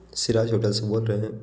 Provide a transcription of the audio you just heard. Siraj hotel से बोल रहे हैं